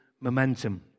momentum